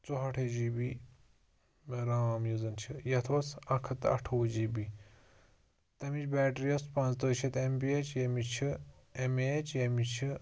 ژُہٲٹھٕے G B RAM یُس زَن چھِ یَتھ اوس اَکھ ہَتھ تہٕ اَٹھووُہ جی بی تَمِچ بٮ۪ٹری ٲس پانٛژتٲجی شیٚتھ ایم پی ایچ ییٚمِس چھِ ایم اے ایچ ییٚمِچ چھِ